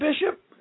Bishop